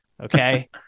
Okay